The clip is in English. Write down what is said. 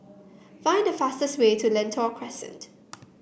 find the fastest way to Lentor Crescent